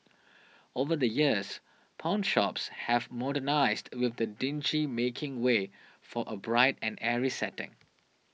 over the years pawnshops have modernised with the dingy making way for a bright and airy setting